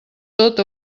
tot